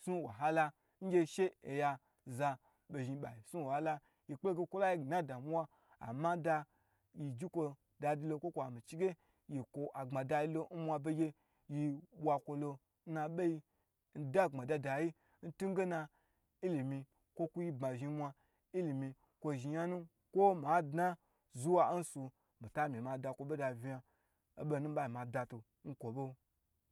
sni wahala ngye she oya za bo zhin ba wahala mik pe lo ge kolayi dna n damuu ama nda yi ji ko dadi lo ko mi chi ge yik agbmada lo nwabegye ye bwa kwo lo mn yi mdna gbma dadayi ntu ngena ilimi kwo yi bma zhin n nwa ilimi kwo zhi nya nu ma dna zuwa nsu mitami ma da bo da vna yan obnu miba mi ma da nkwo